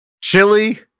Chili